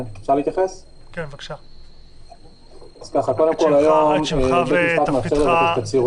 קודם כול היום בית משפט מאפשר לבקש תצהיר